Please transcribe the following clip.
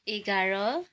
एघार